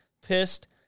pissed